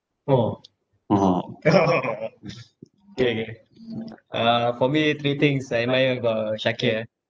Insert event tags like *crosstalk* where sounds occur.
orh orh *laughs* K uh for me three things I admire about shaqir ah